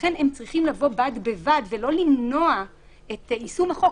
ולכן הם צריכים לבוא בד בבד ולא למנוע את יישם החוק,